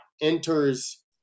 enters